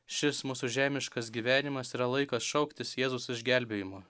šis mūsų žemiškas gyvenimas yra laikas šauktis jėzaus išgelbėjimo